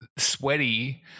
sweaty